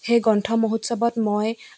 সেই গ্ৰন্থ মহোৎসৱত মই